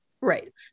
right